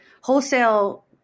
wholesale